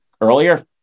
earlier